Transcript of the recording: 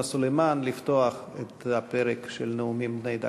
סלימאן לפתוח את הפרק של נאומים בני דקה.